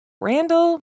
Randall